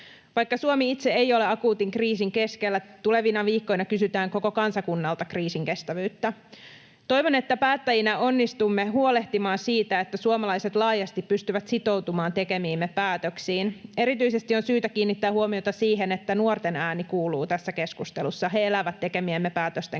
Vaikka Suomi itse ei ole akuutin kriisin keskellä, tulevina viikkoina kysytään koko kansakunnalta kriisinkestävyyttä. Toivon, että päättäjinä onnistumme huolehtimaan siitä, että suomalaiset laajasti pystyvät sitoutumaan tekemiimme päätöksiin. Erityisesti on syytä kiinnittää huomiota siihen, että nuorten ääni kuuluu tässä keskustelussa. He elävät tekemiemme päätösten kanssa